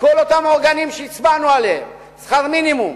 וכל אותם אורגנים שהצבענו עליהם: שכר מינימום,